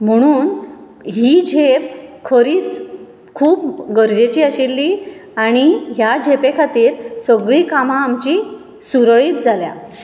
म्हणून ही झेप खरीच खूब गरजेची आशिल्ली आनी ह्या झेपे खातीर सगळी कामां आमची सुरळीत जाल्यात